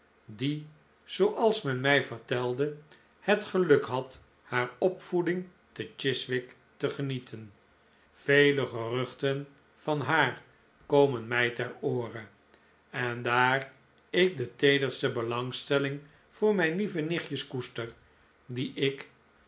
die zooals men mij vertelde het geluk had haar opvoeding te chiswick te genieten vele geruchten van haar komen mij ter oore en daar ik de teederste belangstelling voor mijn lieve nichtjes koester die ik